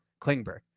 Klingberg